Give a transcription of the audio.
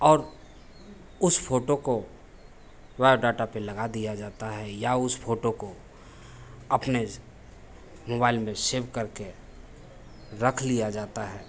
और उस फ़ोटो को बायोडाटा पर लगा दिया जाता है या उस फ़ोटो को अपने मोबाइल में सेव करके रख लिया जाता है